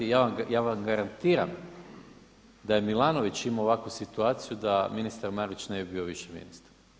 Ja vam garantiram, da je Milanović imao ovakvu situaciju da ministar Marić ne bi bio više ministar.